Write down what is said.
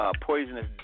Poisonous